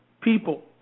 People